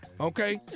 okay